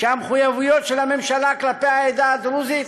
שהמחויבויות של הממשלה כלפי העדה הדרוזית